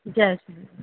Jay Jhulelal